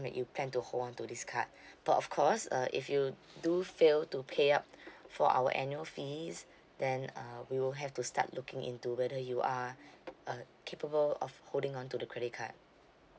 that you plan to hold on to this card but of course uh if you do fail to pay up for our annual fees then uh we will have to start looking into whether you are uh capable of holding on to the credit card